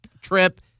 trip